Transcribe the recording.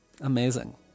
Amazing